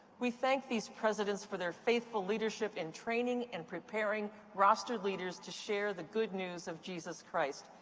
we thank these presidents for their faithful leadership in training and preparing rostered leaders to share the good news of jesus christ.